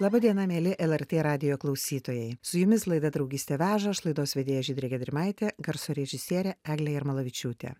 laba diena mieli lrt radijo klausytojai su jumis laida draugystė veža aš laidos vedėja žydrė gedrimaitė garso režisierė eglė jarmalavičiūtė